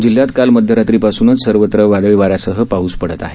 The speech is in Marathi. जिल्ह्यात काल मध्यरात्रीपासूनच सर्वत्र वादळी वाऱ्यासह पाऊस पडत आहे